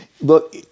Look